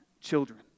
children